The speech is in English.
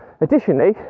Additionally